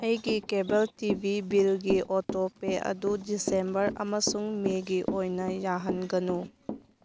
ꯑꯩꯒꯤ cable T V ꯕꯤꯜꯒꯤ auto pay ꯑꯗꯨ ꯗꯤꯁꯦꯝꯕꯔ ꯑꯃꯁꯨꯡ ꯃꯦꯒꯤ ꯑꯣꯏꯅ ꯌꯥꯍꯟꯒꯅꯨ